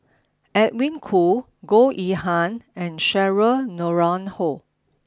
Edwin Koo Goh Yihan and Cheryl Noronha